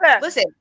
listen